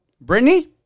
Brittany